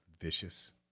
vicious